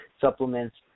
supplements